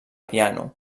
piano